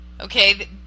okay